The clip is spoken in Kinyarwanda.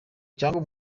cyangwa